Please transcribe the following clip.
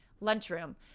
lunchroom